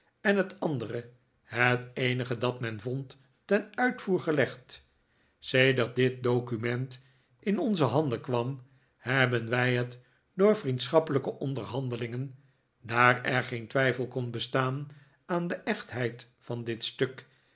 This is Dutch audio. en het andere het eenige dat men yond ten uitvoer gelegd sedert dit document in onze handen kwam hebben wij het door vriendschappelijke onderhandelingen daar er geen twijfel kon bestaan aan de echtheid van dit stuk